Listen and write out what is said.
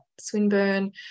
Swinburne